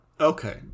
Okay